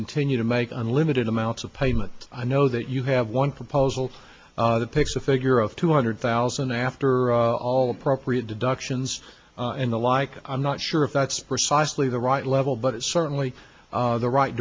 continue to make unlimited amounts of payment i know that you have one proposal that picks a figure of two hundred thousand after all appropriate deductions and the like i'm not sure if that's precisely the right level but it's certainly the right